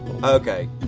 Okay